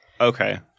Okay